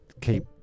keep